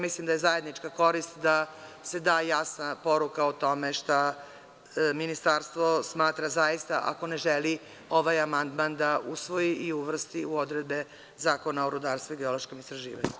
Mislim da je zajednička korist da se da jasna poruka o tome šta Ministarstvo smatra zaista, ako ne želi ovaj amandman da usvoji i uvrsti u odredbe Zakona o rudarstvu i geološkim istraživanjima.